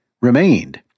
remained